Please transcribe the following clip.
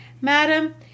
madam